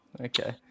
okay